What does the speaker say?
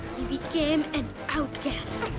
he became an outcast.